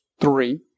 three